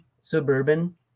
suburban